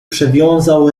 przewiązał